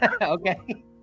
Okay